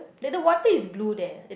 that the water is blue there